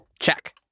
Check